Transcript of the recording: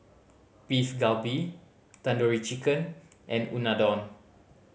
Beef Galbi Tandoori Chicken and Unadon